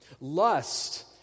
Lust